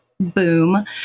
Boom